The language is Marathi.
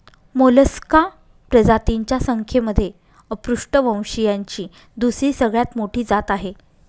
मोलस्का प्रजातींच्या संख्येमध्ये अपृष्ठवंशीयांची दुसरी सगळ्यात मोठी जात आहे